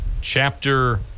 Chapter